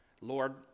Lord